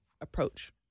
approach